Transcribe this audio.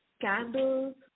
candles